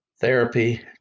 therapy